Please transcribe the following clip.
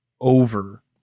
over